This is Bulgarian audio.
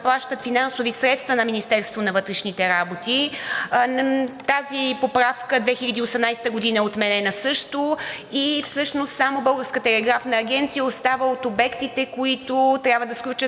ще заплащат финансови средства на Министерството на вътрешните работи. Тази поправка през 2018 г. е отменена също и всъщност само Българската телеграфна агенция остава от обектите, които трябва да сключат